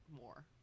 more